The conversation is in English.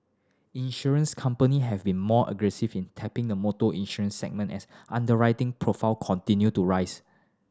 insurance company have been more aggressive in tapping the motor insurance segment as underwriting profit continue to rise